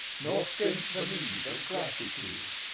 nor stint the meed of gratitude?